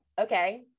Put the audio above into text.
okay